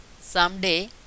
someday